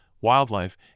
wildlife